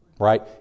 Right